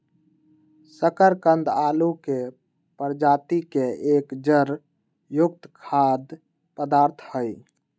शकरकंद आलू के प्रजाति के एक जड़ युक्त खाद्य पदार्थ हई